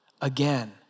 again